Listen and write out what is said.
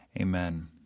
amen